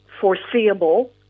foreseeable